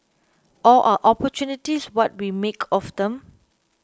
or are opportunities what we make of them